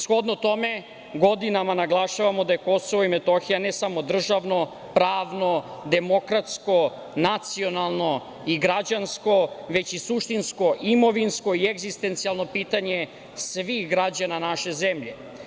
Shodno tome, godinama naglašavamo da je KiM ne samo državno, pravno, demokratsko, nacionalno i građansko, već i suštinsko imovinsko i egzistencijalno pitanje svih građana naše zemlje.